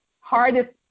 hardest